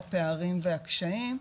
הפערים והקשיים.